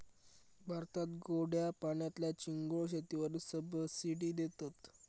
भारतात गोड्या पाण्यातल्या चिंगूळ शेतीवर सबसिडी देतत